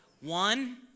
one